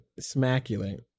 smaculate